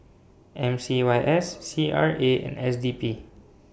M C Y S C R A and S D P